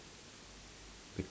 pick